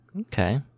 Okay